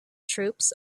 troops